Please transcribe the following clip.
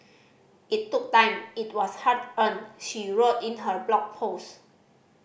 it took time it was hard earned she wrote in her blog post